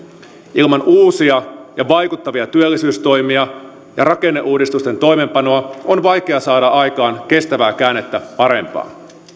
ilman uusia ja vaikuttavia työllisyystoimia ja rakenneuudistusten toimeenpanoa on vaikea saada aikaan kestävää käännettä parempaan